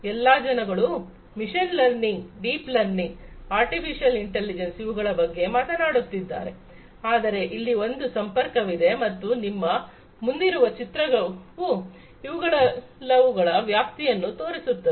ಎಲ್ಲಾ ಜನಗಳು machine learning deep learning artificial intelligence ಇವುಗಳ ಬಗ್ಗೆ ಮಾತನಾಡುತ್ತಿದ್ದಾರೆ ಆದರೆ ಇಲ್ಲಿ ಒಂದು ಸಂಪರ್ಕವಿದೆ ಮತ್ತು ನಿಮ್ಮ ಮುಂದಿರುವ ಚಿತ್ರವು ಇವುಗಳೆಲ್ಲವುಗಳ ವ್ಯಾಪ್ತಿಯನ್ನು ತೋರಿಸುತ್ತದೆ